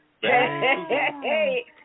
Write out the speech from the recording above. hey